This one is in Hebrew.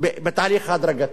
בתהליך הדרגתי.